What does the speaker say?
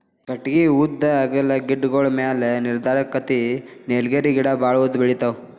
ಕಟಗಿ ಉದ್ದಾ ಅಗಲಾ ಗಿಡಗೋಳ ಮ್ಯಾಲ ನಿರ್ಧಾರಕ್ಕತಿ ನೇಲಗಿರಿ ಗಿಡಾ ಬಾಳ ಉದ್ದ ಬೆಳಿತಾವ